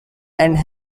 and